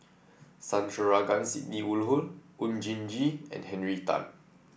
Sandrasegaran Sidney Woodhull Oon Jin Gee and Henry Tan